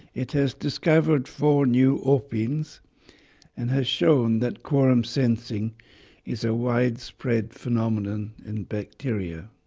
it has discovered four new opines and has shown that quorum sensing is a widespread phenomenon in bacteria.